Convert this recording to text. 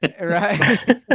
Right